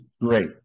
great